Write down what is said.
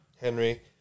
Henry